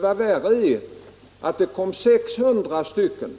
Vad värre är: 600 stycken